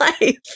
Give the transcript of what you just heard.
life